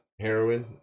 Heroin